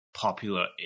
popular